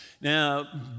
Now